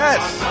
Yes